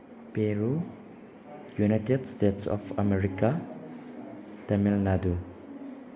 Peru United States of America Tamil Nadu